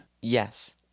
Yes